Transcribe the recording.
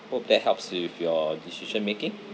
hope that helps you with your decision making